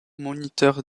moniteurs